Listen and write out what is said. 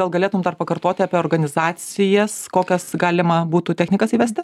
gal galėtum dar pakartoti apie organizacijas kokias galima būtų technikas įvesti